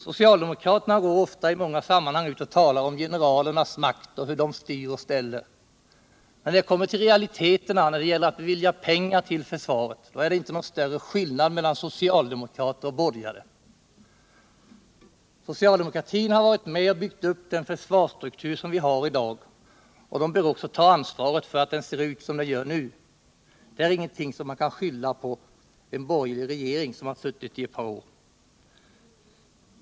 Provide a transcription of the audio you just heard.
Socialdemokraterna går ofta ut och talar om generalernas makt och om hur de styr och ställer, men när det kommer till realiteter och det skall beviljas pengar till försvaret är det inte någon större skillnad mellan socialdemokrater och borgare. Socialdemokratin har varit med och byggt upp den försvarsstruktur som vi har i dag, och den bör också ta ansvaret för att den ser ut som den nu gör. Det är ingenting som man kan skylla på en borgerlig regering som har suttit i ett par år.